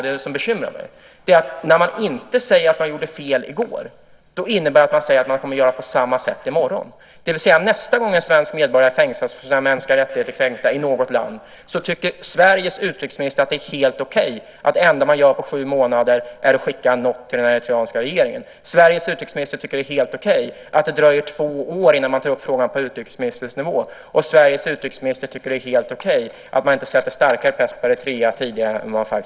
Det som bekymrar mig är dock det faktum att när man inte säger att man gjorde fel i går kommer man att göra på samma sätt i morgon. Det innebär att nästa gång en svensk medborgare fängslas och får sina mänskliga rättigheter kränkta tycker Sveriges utrikesminister att det är helt okej att det enda man gör på sju månader är att skicka en not till regeringen i Eritrea. Sveriges utrikesminister tycker att det är helt okej att det dröjer två år innan man tar upp frågan på utrikesministernivå, och Sveriges utrikesminister tycker att det är helt okej att man inte sätter starkare press på Eritrea tidigare än vad man gjort.